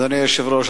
אדוני היושב-ראש,